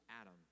Adam